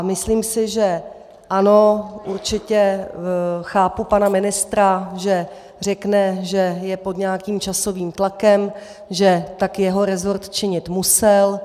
Myslím si, že ano určitě chápu pana ministra, že řekne, že je pod nějakým časovým tlakem, že tak jeho resort činit musel.